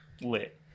lit